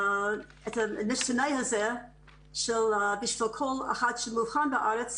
המשתנה הזה של כל אחד שמאובחן בארץ,